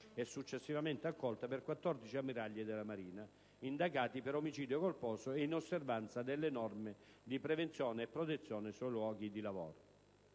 e successivamente accolta, per 14 ammiragli della Marina, indagati per omicidio colposo e inosservanza delle norme di prevenzione e protezione sui luoghi di lavoro.